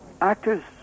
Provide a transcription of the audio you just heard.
actors